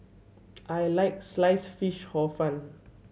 I like Sliced Fish Hor Fun